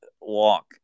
walk